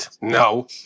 no